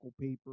paper